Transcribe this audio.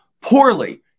poorly